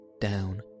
down